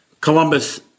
Columbus